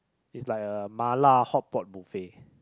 it's like a Mala hotpot buffet